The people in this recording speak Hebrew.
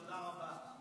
תודה רבה.